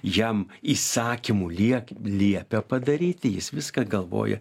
jam įsakymų liep liepia padaryti jis viską galvoja